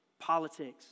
Politics